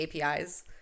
APIs